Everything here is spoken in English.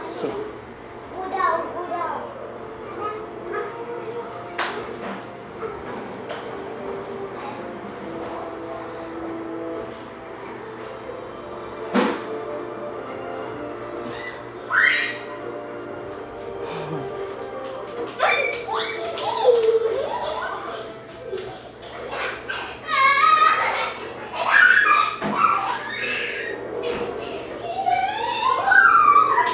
scene